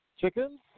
Chickens